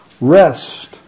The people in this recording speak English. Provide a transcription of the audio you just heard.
rest